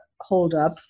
holdup